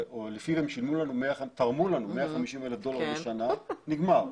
שלפיו הם תרמו לנו 150,000 דולר בשנה, נגמר.